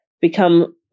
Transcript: become